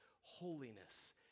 holiness